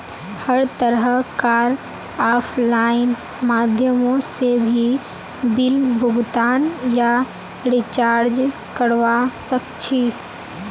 हर तरह कार आफलाइन माध्यमों से भी बिल भुगतान या रीचार्ज करवा सक्छी